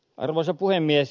arvoisa puhemies